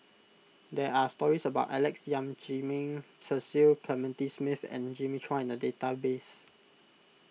there are stories about Alex Yam Ziming Cecil Clementi Smith and Jimmy Chua in the database